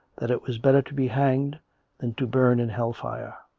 that it was better to be hanged than to burn in hell-fire.